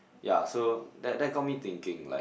ya so that that got me thinking like